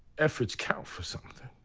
efforts count for something.